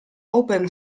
open